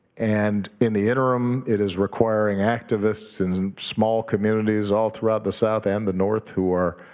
and in the interim, it is requiring activists in small communities all throughout the south and the north who are